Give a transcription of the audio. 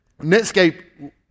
Netscape